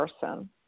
person